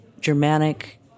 Germanic